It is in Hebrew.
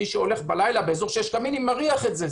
מי שהולך בלילה באזור שיש בו קמינים מריח את זה.